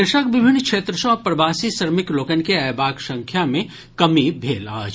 देशक विभिन्न क्षेत्र सँ प्रवासी श्रमिक लोकनि के अयबाक संख्या मे कमी भेल अछि